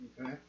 Okay